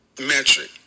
metric